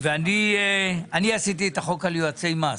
אני עשיתי את החוק על יועצי מס,